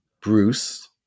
Bruce